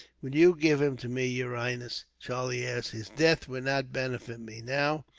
will you give him to me, your highness? charlie asked. his death would not benefit me now,